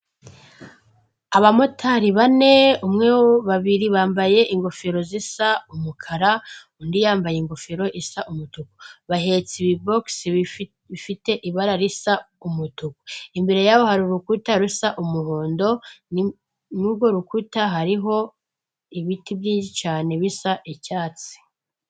Abamotari bane umwe, babiri bambaye ingofero zisa umukara, undi yambaye ingofero isa umutuku. Bahetse ibibogisi bifite ibara risa umutuku. Imbere yabo hari urukuta rusa umuhondo, muri urwo rukuta hariho ibiti byinshi cyane bisa icyatsi.